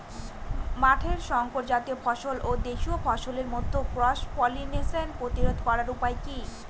মাঠের শংকর জাতীয় ফসল ও দেশি ফসলের মধ্যে ক্রস পলিনেশন প্রতিরোধ করার উপায় কি?